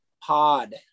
pod